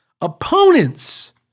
Opponents